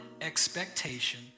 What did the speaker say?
expectation